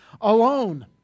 alone